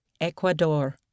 Ecuador